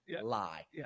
lie